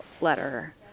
letter